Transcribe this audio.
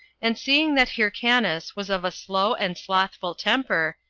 and seeing that hyrcanus was of a slow and slothful temper,